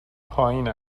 پایین